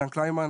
עידן קלימן,